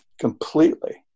completely